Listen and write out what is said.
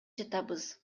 жатабыз